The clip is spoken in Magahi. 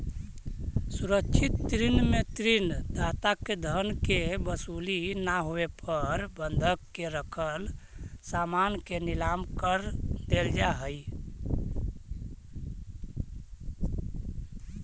सुरक्षित ऋण में ऋण दाता के धन के वसूली ना होवे पर बंधक के रखल सामान के नीलाम कर देल जा हइ